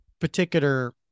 particular